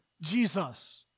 Jesus